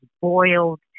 boiled